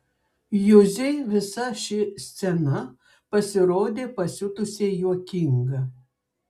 juzei visa ši scena pasirodė pasiutusiai juokinga